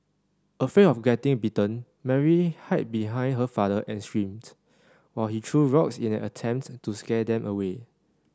afraid of getting bitten Mary hide behind her father and screamed while he threw rocks in an attempt to scare them away